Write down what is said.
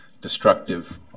destructive